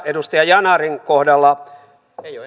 edustaja yanarin kohdalla